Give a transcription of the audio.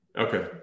Okay